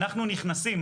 אנחנו נכנסים,